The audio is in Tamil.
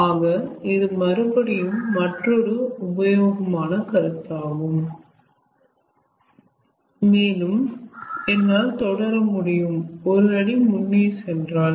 ஆக இது மறுபடியும் மற்றொரு உபயோகமான கருத்து ஆகும் மேலும் என்னால் தொடர முடியும் ஒரு அடி முன்னே சென்றால்